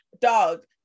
dog